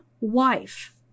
wife